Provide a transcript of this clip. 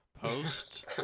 post